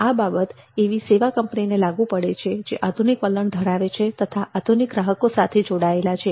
આ બાબત એવી સેવા કંપની ને લાગુ પડે છે કે જે આધુનિક વલણ ધરાવે છે તથા આધુનિક ગ્રાહકો સાથે જોડાયેલ છે